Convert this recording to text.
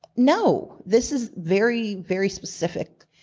no. this is very, very specific.